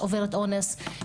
עוברת אונס,